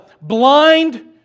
blind